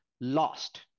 lost